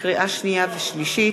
לקריאה שנייה וקריאה שלישית,